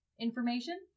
information